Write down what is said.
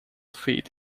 feet